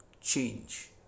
change